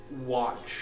Watch